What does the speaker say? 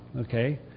Okay